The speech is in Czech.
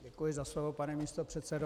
Děkuji za slovo, pane místopředsedo.